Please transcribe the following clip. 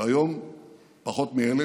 והיום פחות מ-1,000.